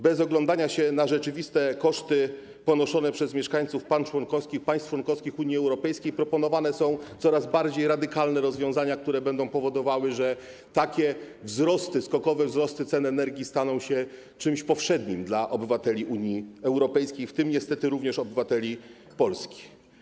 Bez oglądania się na rzeczywiste koszty ponoszone przez mieszkańców państw członkowskich Unii Europejskiej proponowane są coraz bardziej radykalne rozwiązania, które będą powodowały, że takie skokowe wzrosty cen energii staną się czymś powszednim dla obywateli Unii Europejskiej, w tym niestety również obywateli Polski.